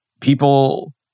People